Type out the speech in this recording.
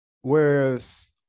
Whereas